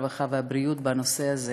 הרווחה והבריאות בנושא הזה,